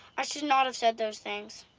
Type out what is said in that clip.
i should not have said those things.